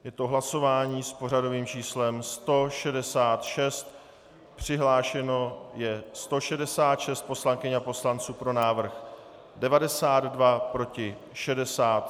Je to hlasování s pořadovým číslem 166, přihlášeno je 166 poslankyň a poslanců, pro návrh 92, proti 67.